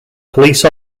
police